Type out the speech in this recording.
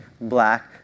black